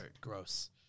gross